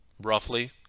roughly